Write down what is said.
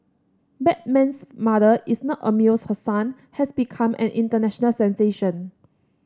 Batman's mother is not amused her son has become an international sensation